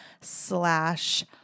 slash